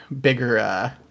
bigger